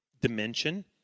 Dimension